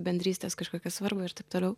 bendrystės kažkokią svarbą ir taip toliau